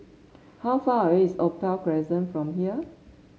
how far away is Opal Crescent from here